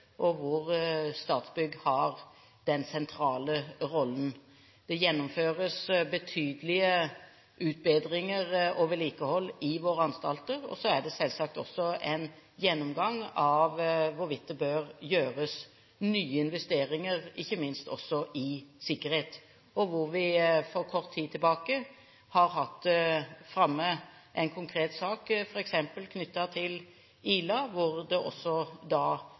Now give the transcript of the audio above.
hvor Statsbygg har den sentrale rollen. Det gjennomføres betydelige utbedringer og vedlikehold i våre anstalter. Så er det selvsagt også en gjennomgang av hvorvidt det bør gjøres nye investeringer, ikke minst i sikkerhet. Vi har f.eks. for kort tid tilbake hatt fremme en konkret sak knyttet til Ila, hvor det også